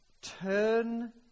Turn